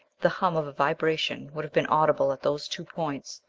the hum of a vibration would have been audible at those two points.